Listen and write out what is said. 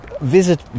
visit